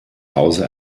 hause